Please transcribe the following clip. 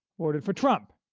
voted for trump.